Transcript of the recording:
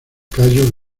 cayo